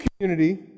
community